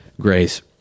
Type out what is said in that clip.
Grace